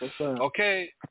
Okay